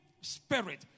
Spirit